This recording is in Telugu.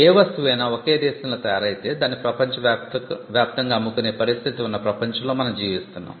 ఏ వస్తువైనా ఒక దేశంలో తయారైతే దాన్ని ప్రపంచవ్యాప్తంగా అమ్ముకునే పరిస్థితి ఉన్న ప్రపంచంలో మనం జీవిస్తున్నాం